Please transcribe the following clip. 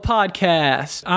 Podcast